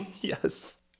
Yes